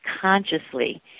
consciously